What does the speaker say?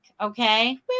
Okay